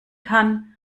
kann